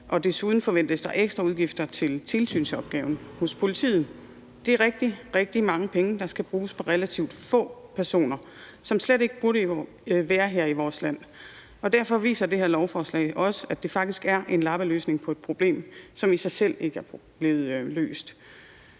Og desuden forventes der ekstraudgifter til tilsynsopgaven hos politiet. Det er rigtig, rigtig mange penge, der skal bruges på relativt få personer, som jo slet ikke burde være her i vores land, og derfor viser det her lovforslag også, at det faktisk er en lappeløsning på et problem, som ikke er blevet løst.